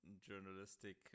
journalistic